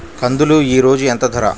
కందులు ఈరోజు ఎంత ధర?